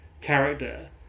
character